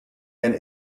and